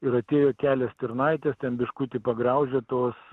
ir atėjo kelios stirnaitės ten biškutį pagraužė tuos